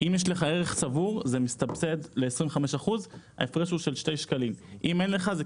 אם יש לך ערך צבור ההפרש הוא של שני שקלים, אבל